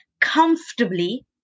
comfortably